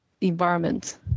environment